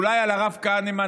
אולי על הרב כהנמן,